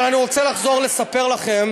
אבל אני רוצה לחזור לספר לכם